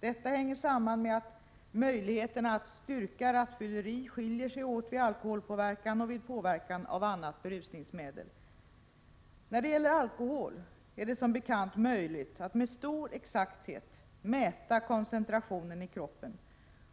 Detta hänger samman med att möjligheterna att styrka rattfylleri skiljer sig åt vid alkoholpåverkan och vid påverkan av annat berusningsmedel, t.ex. narkotika. När det gäller alkohol är det som bekant möjligt att med stor exakthet mäta koncentrationen i kroppen,